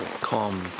calm